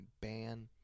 ban